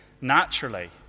naturally